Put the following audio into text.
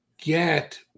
get